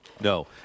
No